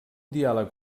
diàleg